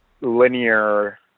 linear